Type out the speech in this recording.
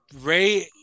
Ray